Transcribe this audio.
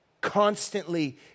constantly